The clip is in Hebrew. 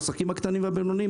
העסקים הקטנים והבינוניים,